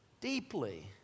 deeply